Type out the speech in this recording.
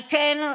על כן,